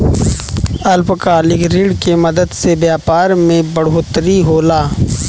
अल्पकालिक ऋण के मदद से व्यापार मे बढ़ोतरी होला